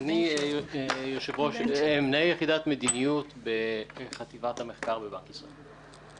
אני מנהל מדיניות בחטיבת המחקר בבנק ישראל.